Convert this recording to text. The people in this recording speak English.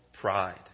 pride